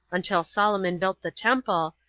until solomon built the temple,